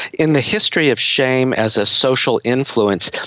in the history of shame as a social influence,